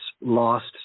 lost